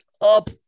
up